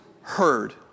heard